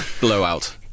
blowout